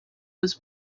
was